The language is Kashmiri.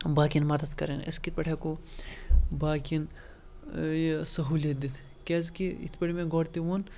باقٕیَن مَدَت کَران أسۍ کِتھ پٲٹھۍ ہٮ۪کو باقٕیَن یہِ سہوٗلیت دِتھ کیٛازِکہِ یِتھ پٲٹھۍ مےٚ گۄڈٕ تہِ ووٚن